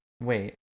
Wait